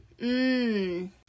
Mmm